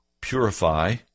purify